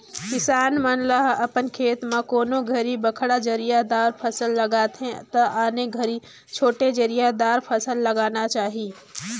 किसान मन ह अपन खेत म कोनों घरी बड़खा जरिया दार फसल लगाये त आने घरी छोटे जरिया दार फसल लगाना चाही